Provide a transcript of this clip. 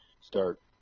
start